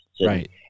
Right